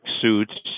suits